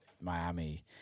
Miami